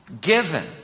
given